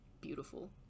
Beautiful